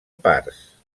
parts